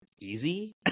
easy